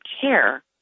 care